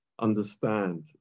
Understand